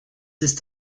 ist